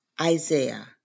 Isaiah